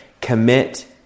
commit